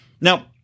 Now